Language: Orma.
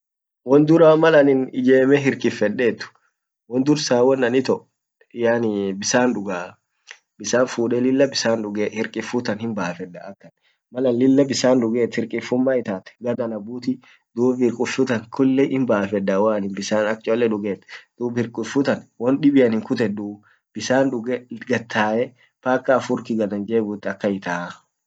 won duraa mal an ijemme hirkiffedet won dursa won an ito yaani bisan dugaa bisan fude lilla bisan duge hirkifu tan himbaffedda mal an lilla bisan dugget hirkiffun maitat gad ana butii dub hirkiffu tan kulli himbaffeda waan bisan ak cchole dug dub hirkifu tan wondibian hinkuteddu bisan duge it gad tae hafurki gad an jebeit akannitaaa.